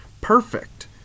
perfect